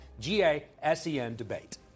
G-A-S-E-N-debate